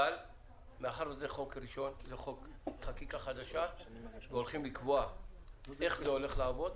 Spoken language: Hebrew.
אבל מאחר שזו חקיקה חדשה והולכים לקבוע איך זה הולך לעבוד,